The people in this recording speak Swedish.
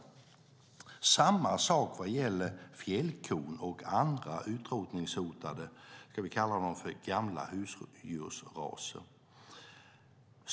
Det är samma sak vad gäller fjällkon och andra utrotningshotade gamla husdjursraser, som vi kan kalla dem.